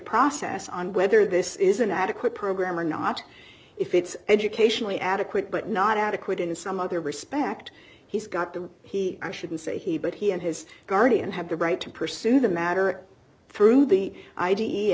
process on whether this is an adequate program or not if it's educationally adequate but not adequate in some other respect he's got the he i shouldn't say he but he and his guardian have the right to pursue the matter through the i